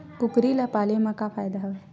कुकरी ल पाले म का फ़ायदा हवय?